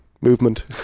movement